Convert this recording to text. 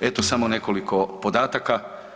eto samo nekoliko podataka.